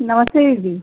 नमस्ते दीदी